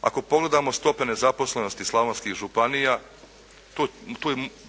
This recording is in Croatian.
ako pogledamo stope nezaposlenosti slavonskih županija,